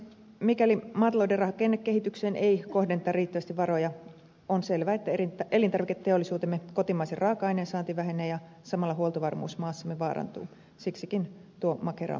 mikäli maatalouden rakennekehitykseen ei kohdenneta riittävästi varoja on selvää että elintarviketeollisuutemme kotimaisen raaka aineen saanti vähenee ja samalla huoltovarmuus maassamme vaarantuu siksikin tuo makera on niin tärkeä